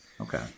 Okay